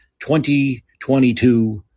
2022